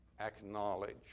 Acknowledge